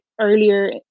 earlier